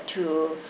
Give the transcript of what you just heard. to